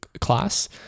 class